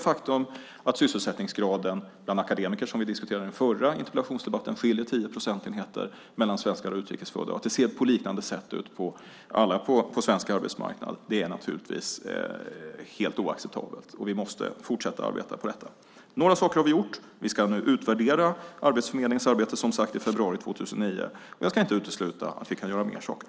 Men att sysselsättningsgraden bland akademiker, som vi diskuterade i den förra interpellationsdebatten, skiljer 10 procentenheter mellan svenskar och utrikes födda och att det ser ut på det sättet på svensk arbetsmarknad är helt oacceptabelt. Vi måste fortsätta att arbeta med detta. Några saker har vi gjort, och vi ska nu utvärdera Arbetsförmedlingens arbete som sagt i februari 2009. Jag ska inte utesluta att vi kan göra mer saker.